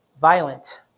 violent